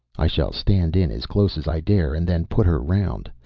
i shall stand in as close as i dare and then put her round.